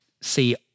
see